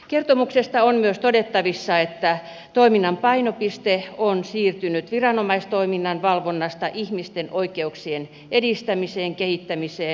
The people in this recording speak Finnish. kertomuksesta on myös todettavissa että toiminnan painopiste on siirtynyt viranomaistoiminnan valvonnasta ihmisten oikeuksien edistämiseen kehittämiseen